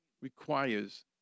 requires